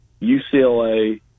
UCLA